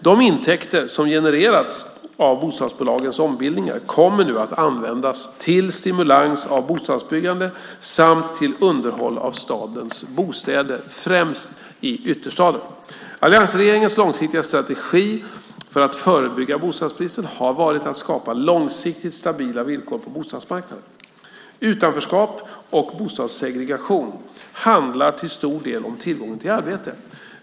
De intäkter som genererats av bostadsbolagens ombildningar kommer nu att användas till stimulans av bostadsbyggande samt till underhåll av stadens bostäder, främst i ytterstaden. Alliansregeringens långsiktiga strategi för att förebygga bostadsbrist har varit att skapa långsiktigt stabila villkor på bostadsmarknaden. Utanförskap och bostadssegregation handlar till stor del om tillgången till arbete.